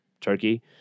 turkey